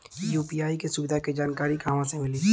UPI के सुविधा के जानकारी कहवा से मिली?